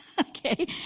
Okay